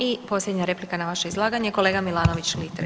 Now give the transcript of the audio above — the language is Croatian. I posljednja replika na vaše izlaganje kolega Milanović Litre,